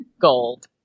Gold